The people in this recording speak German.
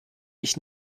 ich